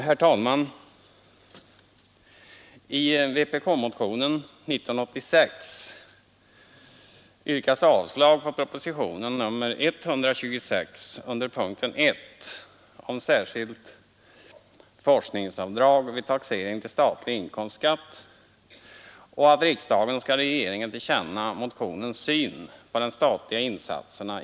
Herr talman! Jag ber att få instämma i herr Larssons i Umeå synpunkter.